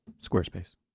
Squarespace